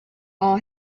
all